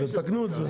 תקנו את זה.